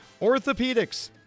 Orthopedics